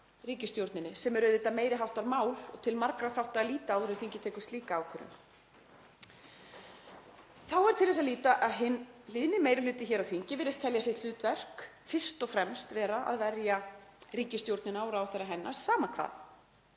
sem er auðvitað meiri háttar mál og til margra þátta að líta áður en þingið tekur slíka ákvörðun. Þá er til þess að líta að hinn hlýðni meiri hluti hér á þingi virðist telja það sitt hlutverk fyrst og fremst að verja ríkisstjórnina og ráðherra hennar, sama hvað.